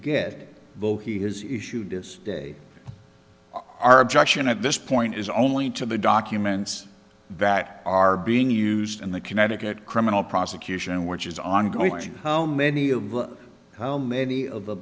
he has issued this day our objection at this point is only to the documents that are being used in the connecticut criminal prosecution which is ongoing how many of how many of the